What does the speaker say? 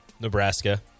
Nebraska